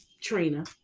trina